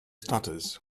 stutters